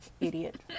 Idiot